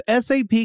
SAP